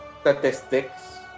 Statistics